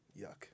Yuck